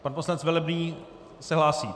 Pan poslanec Velebný se hlásí.